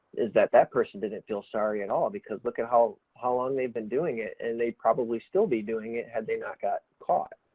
is that that person didn't feel sorry at and all because look at how, how long they've been doing it and they'd probably still be doing it had they not got caught.